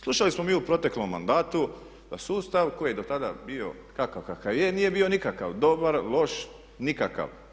Slušali smo mi u proteklom mandatu da sustav koji je dotada bio takav kakav je nije bio nikakav, dobar, loš, nikakav.